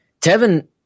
Tevin